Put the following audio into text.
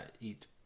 eat